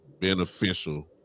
beneficial